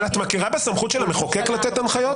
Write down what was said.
אבל את מכירה בסמכות של המחוקק לתת הנחיות?